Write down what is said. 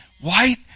white